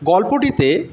গল্পটিতে